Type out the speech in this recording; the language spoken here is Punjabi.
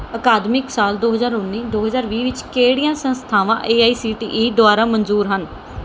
ਅਕਾਦਮਿਕ ਸਾਲ ਦੋ ਹਜ਼ਾਰ ਉੱਨੀ ਦੋ ਹਜ਼ਾਰ ਵੀਹ ਵਿੱਚ ਕਿਹੜੀਆਂ ਸੰਸਥਾਵਾਂ A I C T E ਦੁਆਰਾ ਮਨਜ਼ੂਰ ਹਨ